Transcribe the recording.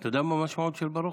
אתה יודע מה המשמעות של ברוחב?